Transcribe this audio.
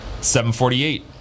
748